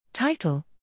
Title